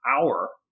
hour